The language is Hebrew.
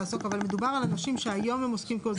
מדובר על אנשים שהיום הם עוסקים כעוזר